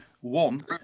One